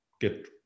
get